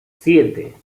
siete